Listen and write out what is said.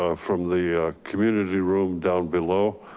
ah from the ah community room down below.